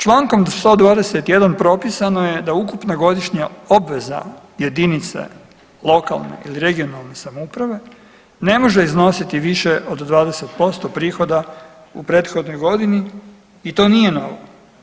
Čl. 121 propisano je da ukupna godišnja obveza jedinica lokalne i regionalne samouprave ne može iznositi više od 20% prihoda u prethodnoj godini i to nije novo.